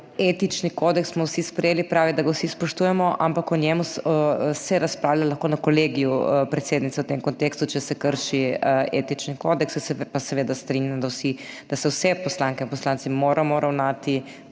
Etični kodeks smo vsi sprejeli, prav je, da ga vsi spoštujemo, ampak o njem se razpravlja lahko na Kolegiju predsednice, v tem kontekstu, če se krši etični kodeks. Se pa seveda strinjam, da vsi, da se vse poslanke in poslanci moramo ravnati